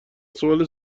سوال